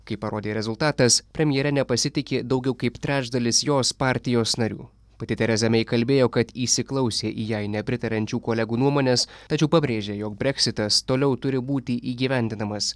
kaip parodė rezultatas premjere nepasitiki daugiau kaip trečdalis jos partijos narių pati tereza mei kalbėjo kad įsiklausė į jai nepritariančių kolegų nuomones tačiau pabrėžė jog breksitas toliau turi būti įgyvendinamas